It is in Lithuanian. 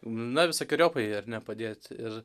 na visokeriopai ar ne padėt ir